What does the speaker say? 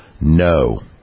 No